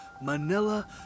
Manila